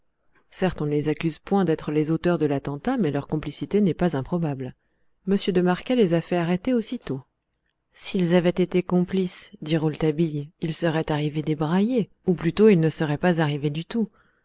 certes on ne les accuse point d'être les auteurs de l'attentat mais leur complicité n'est pas improbable m de marquet les a fait arrêter aussitôt s'ils avaient été complices dit rouletabille ils seraient arrivés débraillés ou plutôt ils ne seraient pas arrivés du tout